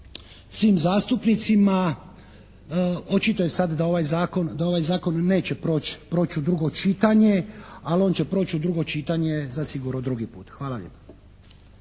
svim zastupnicima. Očito je sad da ovaj zakon neće proći u drugo čitanje, ali on će proći u drugo čitanje zasigurno drugi put. Hvala lijepo.